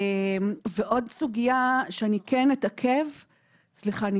חלק מתפקידיה היה